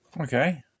okay